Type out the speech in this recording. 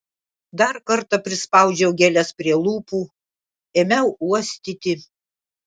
dar kartą prispaudžiau gėles prie lūpų ėmiau uostyti